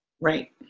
Right